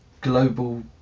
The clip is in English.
global